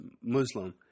Muslim